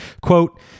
quote